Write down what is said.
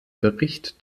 bericht